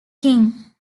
king